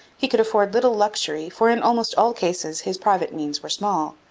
he could afford little luxury, for in almost all cases his private means were small.